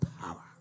power